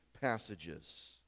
passages